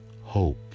hope